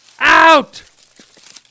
Out